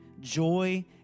joy